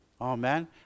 Amen